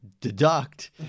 deduct